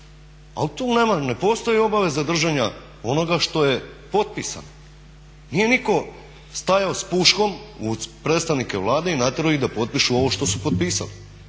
ali tu ne postoji obaveza držanja onoga što je potpisano. Nije nitko stajao s puškom uz predstavnike i natjerao ih da potpišu ovo što su potpisali,